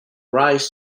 rise